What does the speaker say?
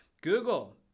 Google